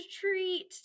treat